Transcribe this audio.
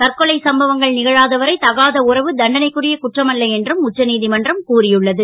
தற்கொலை சம்பவங்கள் கழாத வரை தகாத உறவு தண்டனைக்குரிய குற்றமல்ல என்றும் உச்சநீ மன்றம் கூறியுள்ள து